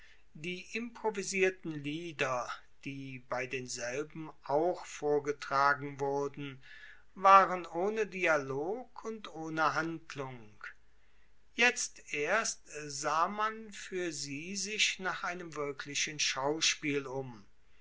die improvisierten lieder die bei denselben auch vorgetragen wurden waren ohne dialog und ohne handlung jetzt erst sah man fuer sie sich nach einem wirklichen schauspiel um